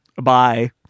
bye